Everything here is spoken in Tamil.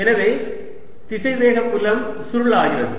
எனவே திசைவேக புலம் சுருள் ஆகிறது